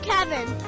Kevin